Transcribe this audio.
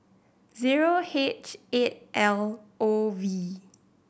zero H eight L O V